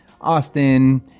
austin